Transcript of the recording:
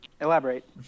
elaborate